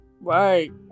Right